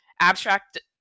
abstract